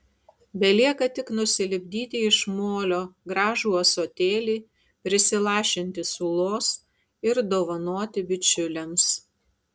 belieka tik nusilipdyti iš molio gražų ąsotėlį prisilašinti sulos ir dovanoti bičiuliams